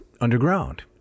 underground